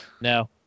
No